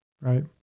right